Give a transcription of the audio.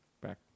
Back